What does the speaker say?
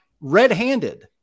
red-handed